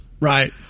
right